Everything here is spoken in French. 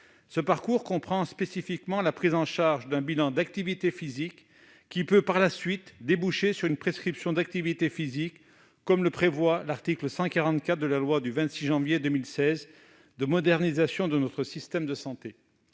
Il comprend spécifiquement la prise en charge d'un bilan d'activité physique pouvant, par la suite, déboucher sur une prescription d'activité physique, comme le prévoit l'article 144 de la loi du 26 janvier 2016 de modernisation de notre système de santé.